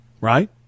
right